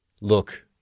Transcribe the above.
look